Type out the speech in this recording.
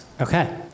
Okay